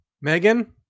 Megan